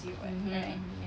mmhmm mmhmm